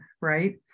right